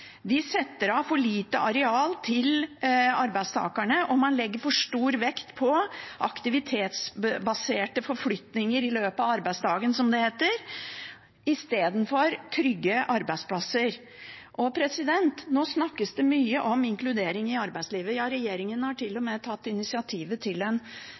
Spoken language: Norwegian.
de er for små. Det settes av for lite areal til arbeidstakerne, og man legger for stor vekt på aktivitetsbaserte forflytninger – som det heter – i løpet av arbeidsdagen istedenfor på trygge arbeidsplasser. Nå snakkes det mye om inkludering i arbeidslivet. Regjeringen har til og med tatt initiativ til